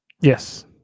yes